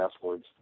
passwords